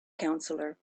counselor